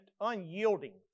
unyielding